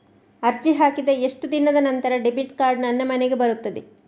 ಅರ್ಜಿ ಹಾಕಿದ ಎಷ್ಟು ದಿನದ ನಂತರ ಡೆಬಿಟ್ ಕಾರ್ಡ್ ನನ್ನ ಮನೆಗೆ ಬರುತ್ತದೆ?